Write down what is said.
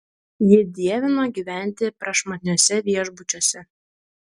ji dievino gyventi prašmatniuose viešbučiuose